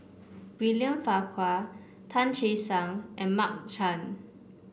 William Farquhar Tan Che Sang and Mark Chan